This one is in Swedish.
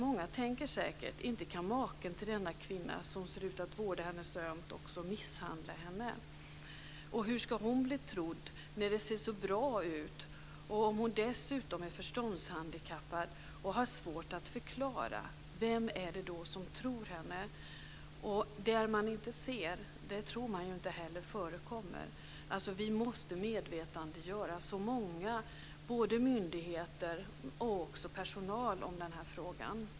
Många tänker säkert: Inte kan maken till denna kvinna, som ser ut att vårda henne så ömt, också misshandla henne. Hur ska hon bli trodd när det ser så bra ut? Och om hon dessutom är förståndshandikappad och har svårt att förklara - vem är det då som tror henne? Det man inte ser tror man ju inte heller förekommer. Vi måste medvetandegöra många, både myndigheter och personal, om den här frågan.